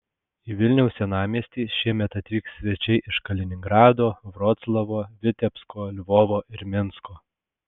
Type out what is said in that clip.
į vilniaus senamiestį šiemet atvyks svečiai iš kaliningrado vroclavo vitebsko lvovo ir minsko